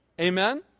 Amen